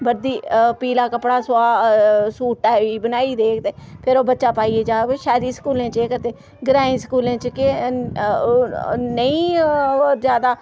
वर्दी पीला कपड़ा सुआऽ सूटै गी बनाई देग ते फिर ओह् बच्चा पाइयै जाग शैह्री स्कूलें च एह् करदे ग्राईं स्कूलें च केह् नेईं होर जैदा